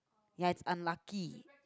ya is unlucky